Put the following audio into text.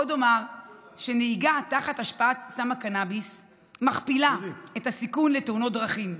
עוד אומר שנהיגה תחת השפעת סם הקנביס מכפילה את הסיכון לתאונות דרכים.